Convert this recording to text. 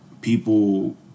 people